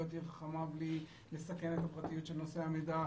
עיר חכמה בלי לסכן את הפרטיות של נושאי המידע.